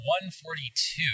142